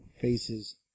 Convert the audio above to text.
faces